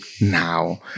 now